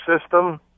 system